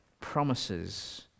promises